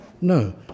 No